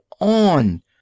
on